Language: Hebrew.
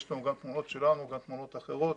יש לנו גם תמונות שלנו, גם תמונות אחרות.